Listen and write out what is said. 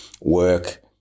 work